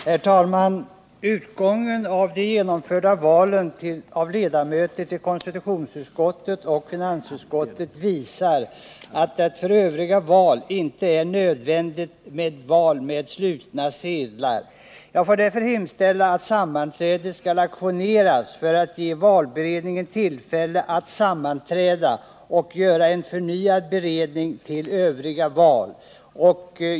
Herr talman! Utgången av de genomförda valen av ledamöter till konstitutionsutskottet och finansutskottet visar att det för övriga val inte är nödvändigt med slutna sedlar. Jag får därför hemställa att sammanträdet ajourneras för att ge valberedningen tillfälle att sammanträda och göra en förnyad beredning till övriga val.